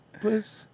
please